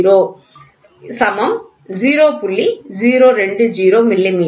020 மி